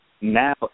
now